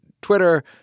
Twitter